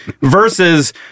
versus